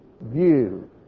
view